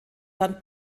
dann